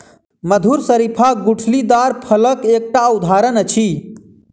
मधुर शरीफा गुठलीदार फलक एकटा उदहारण अछि